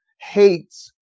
hates